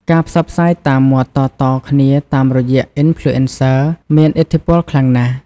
ការផ្សព្វផ្សាយតាមមាត់តៗគ្នាតាមរយៈ អុីនផ្លូអេនសឹ មានឥទ្ធិពលខ្លាំងណាស់។